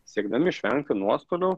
siekdami išvengti nuostolių